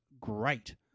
great